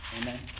amen